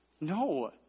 No